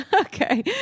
Okay